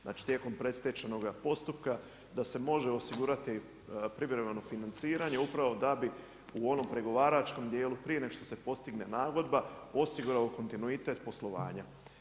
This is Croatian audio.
Znači tijekom predstečajnoga postupka da se može osigurati privremeno financiranje upravo da bi u onom pregovaračkom dijelu prije nego što se postigne nagodba osigurao kontinuitet poslovanja.